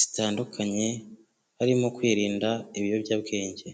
zitandukanye harimo kwirinda ibiyobyabwenge.